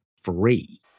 free